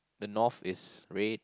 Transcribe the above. the north is red